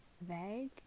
vague